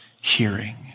hearing